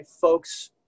folks